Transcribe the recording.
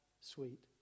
sweet